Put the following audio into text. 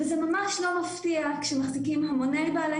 זה ממש לא מפתיע כשמחזיקים המוני בעלי